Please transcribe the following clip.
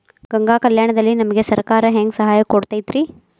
ಗಂಗಾ ಕಲ್ಯಾಣ ದಲ್ಲಿ ನಮಗೆ ಸರಕಾರ ಹೆಂಗ್ ಸಹಾಯ ಕೊಡುತೈತ್ರಿ?